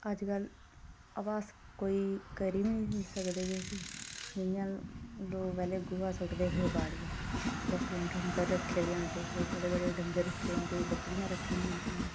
बा अजकल अस कोई करी निं सकदे किश जि'यां लोक पैह्लें गोहा सु'ट्टदे हे बाड़ियैं लोकें डंगर रक्खे दे होंदे हे बड़े बड़े डंगर रक्खे दे होंदे हे बकरियां रक्खी दियां होंदियां हियां